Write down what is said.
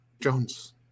jones